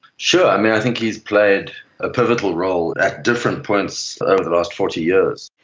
sure, i think he's played a pivotal role at different points over the last forty years.